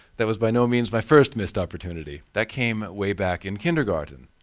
that was by no means my first missed opportunity. that came way back in kindergarten.